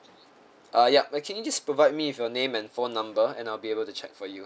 uh yup uh can you just provide me with your name and phone number and I'll be able to check for you